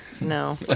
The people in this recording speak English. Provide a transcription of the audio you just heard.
No